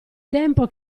tempo